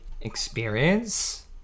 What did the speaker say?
experience